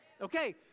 Okay